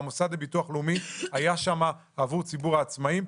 והמוסד לביטוח לאומי היה שם עבור ציבור העצמאים.